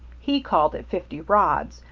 he called it fifty rods,